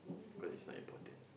cause it's not important